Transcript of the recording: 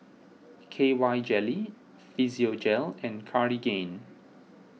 K Y Jelly Physiogel and Cartigain